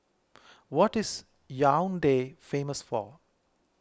what is Yaounde famous for